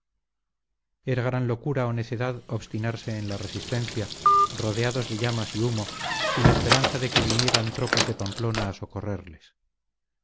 era gran locura o necedad obstinarse en la resistencia rodeados de llamas y humo sin esperanza de que vinieran tropas de pamplona a socorrerles